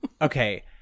Okay